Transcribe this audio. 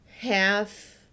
half